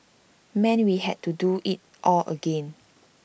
meant we had to do IT all again